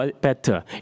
better